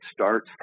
starts